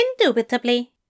Indubitably